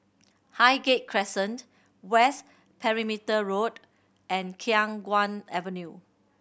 Highgate Crescent West Perimeter Road and Khiang Guan Avenue